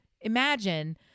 Imagine